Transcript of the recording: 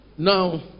Now